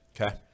Okay